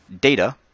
data